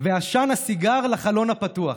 ועשן הסיגר לחלון הפתוח.